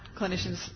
clinicians